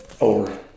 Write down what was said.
Over